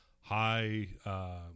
high –